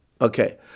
okay